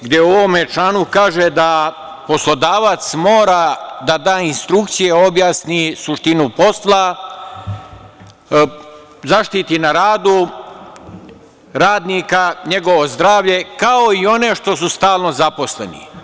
gde u ovome članu kaže da poslodavac mora da da instrukcije i objasni suštinu posla, zaštiti na radu radnika, njegovo zdravlje, kao i one što su stalno zaposleni.